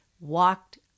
walked